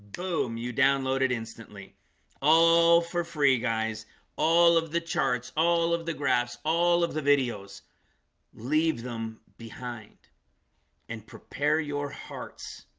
boom. you download it instantly all for free guys all of the charts all of the graphs all of the videos leave them behind and prepare your hearts